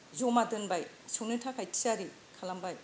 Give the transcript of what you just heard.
जमा दोनबाय संनो थाखाय थियारि खालामबाय